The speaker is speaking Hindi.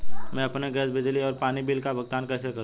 मैं अपने गैस, बिजली और पानी बिल का भुगतान कैसे करूँ?